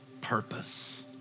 purpose